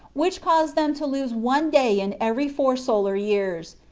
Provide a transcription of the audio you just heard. which caused them to lose one day in every four solar years,